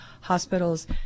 hospitals